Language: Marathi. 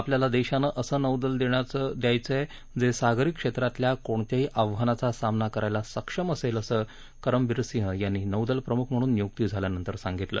आपल्याला देशाला असं नौदल देण्याचं आहे जे सागरी क्षेत्रातल्या कोणत्याही आव्हानाचा सामना करण्यास सक्षम असेल असं करमबीर सिंह यांनी नौदल प्रमुख म्हणून नियुक्ती झाल्या नंतर सांगितलं